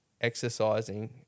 exercising